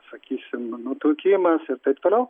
sakysim nutukimas ir taip toliau